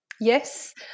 Yes